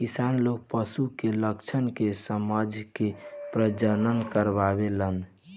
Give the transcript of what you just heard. किसान लोग पशु के लक्षण के समझ के प्रजनन करावेलन